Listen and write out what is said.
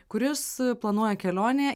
kuris planuoja kelionė